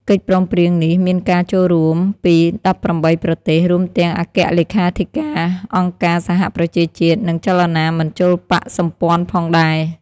កិច្ចព្រមព្រៀងនេះមានការចូលរួមពី ១៨ ប្រទេស រួមទាំងអគ្គលេខាធិការអង្គការសហប្រជាជាតិ និងចលនាមិនចូលបក្សសម្ព័ន្ធផងដែរ។